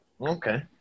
Okay